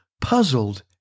puzzled